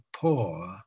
poor